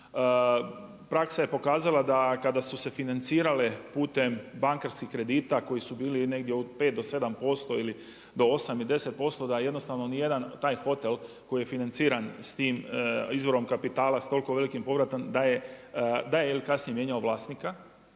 praksa je pokazala da kada su se financirale putem bankarskih kredita koji su bili negdje od 5 do 7% ili do 8 i 10%, da jednostavno nijedan taj hotel koji je financiran s tim izvorom kapitala, s toliko velikim povratom, da je kasnije mijenjao vlasnika,